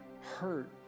hurt